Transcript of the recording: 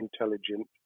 intelligent